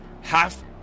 half